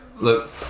Look